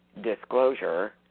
disclosure